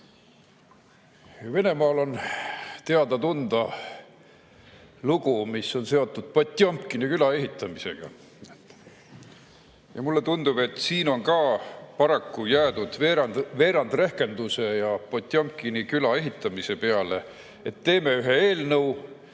Venemaal on teada-tunda lugu, mis on seotud Potjomkini küla ehitamisega. Ja mulle tundub, et siin on ka paraku jäädud veerand rehkenduse ja Potjomkini küla ehitamise peale, et teeme ühe eelnõu,